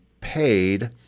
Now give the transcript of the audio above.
paid